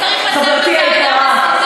חברתי היקרה.